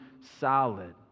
solid